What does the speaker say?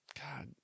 god